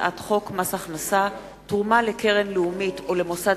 הצעת חוק מס הכנסה (תרומה לקרן לאומית או למוסד